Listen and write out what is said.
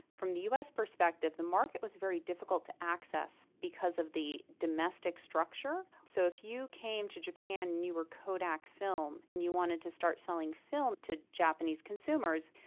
from the us perspective the market was very difficult to access because of the domestic structure. so if you came to japan and you were kodak film and you wanted to start selling film to japanese consumers,